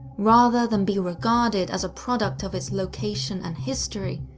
rather than be regarded as a product of its location and history,